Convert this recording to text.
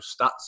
stats